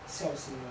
孝心呢